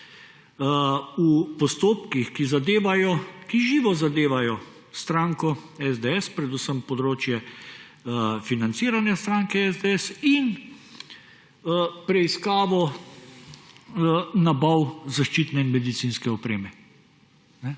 v postopkih, ki živo zadevajo stranko SDS, predvsem področje financiranja stranke SDS, in preiskavo nabav zaščitne medicinske opreme.